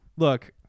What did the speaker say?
Look